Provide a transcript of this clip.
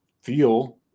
feel